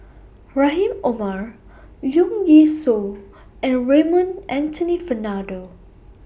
Rahim Omar Leong Yee Soo and Raymond Anthony Fernando